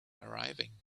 arriving